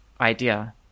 idea